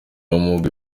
w’umuhungu